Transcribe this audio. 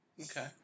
Okay